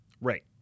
Right